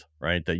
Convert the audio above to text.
right